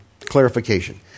clarification